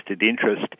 interest